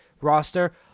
roster